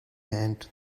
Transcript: hand